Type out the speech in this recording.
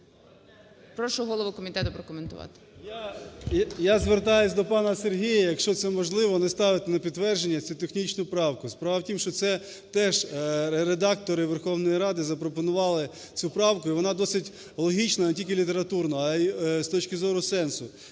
Я звертаюсь до пана Сергія, якщо це можливо, не ставити на підтвердження цю технічну правку. Справа в тім, що це теж редактори Верховної Ради запропонували цю правку і вона досить логічна не тільки літературно, а і з точки зору сенсу.